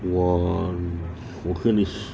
!wah! 我跟你说